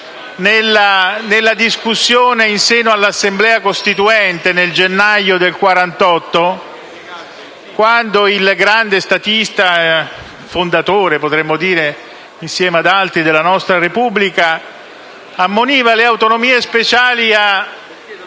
nella discussione in seno all'Assemblea costituente nel gennaio del 1948, quando il grande statista (fondatore, insieme ad altri, della nostra Repubblica) ammoniva le autonomie speciali a